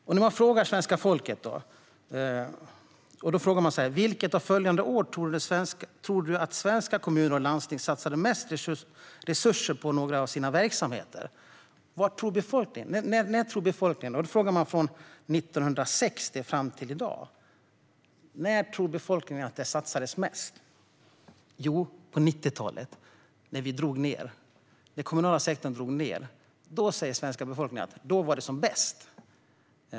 Om man vänder sig till svenska folket och frågar: Vilket av följande år tror du att svenska kommuner och landsting satsade mest resurser på några av sina verksamheter? Man ger alternativ från 1960 fram till i dag. När tror befolkningen att det satsades mest? Jo, på 90-talet, när vi drog ned. Under den period då den kommunala sektorn drog ned tror den svenska befolkningen att det var som bäst.